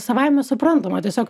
savaime suprantama tiesiog